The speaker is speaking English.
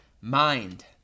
Mind